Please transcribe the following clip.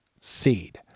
seed